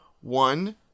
One